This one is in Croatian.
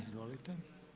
Izvolite.